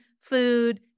food